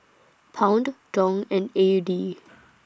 Pound Dong and A U D